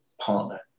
partner